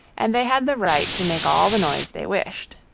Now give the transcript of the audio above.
and they had the right to make all the noise they wished.